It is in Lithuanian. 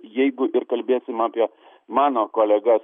jeigu ir kalbėsim apie mano kolegas